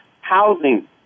housing